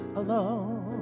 alone